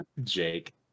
Jake